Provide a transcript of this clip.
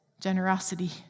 generosity